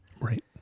Right